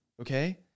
okay